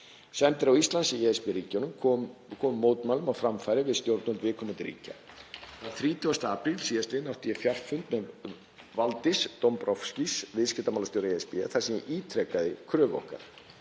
Sendiráð Íslands í ESB-ríkjunum kom mótmælum á framfæri við stjórnvöld viðkomandi ríkja. Þann 30. apríl sl. átti ég fjarfund með Valdis Dombrovskis, viðskiptamálastjóra ESB, þar sem ég ítrekaði kröfu okkar.